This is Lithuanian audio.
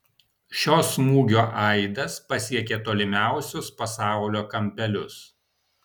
šio smūgio aidas pasiekė tolimiausius pasaulio kampelius